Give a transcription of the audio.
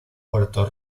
puerto